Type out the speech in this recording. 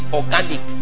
organic